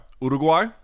Uruguay